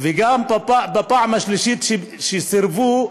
ובפעם השלישית, כשסירבו,